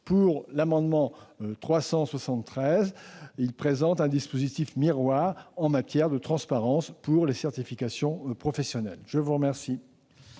Par l'amendement n° 373, nous prévoyons un dispositif miroir en matière de transparence pour les certifications professionnelles. Les amendements